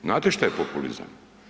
Znate šta je populizam?